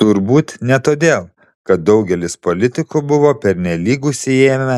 turbūt ne todėl kad daugelis politikų buvo pernelyg užsiėmę